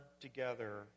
together